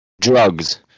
drugs